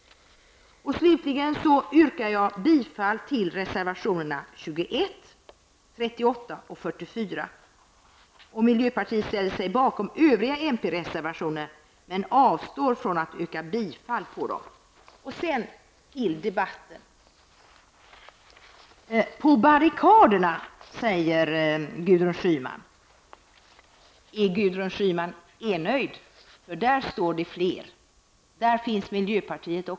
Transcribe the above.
Slutligen yrkar jag bifall till reservationerna 21, 38 Sedan till debatten! Gudrun Schyman enögd? Där står det fler, och där finns också miljöpartiet.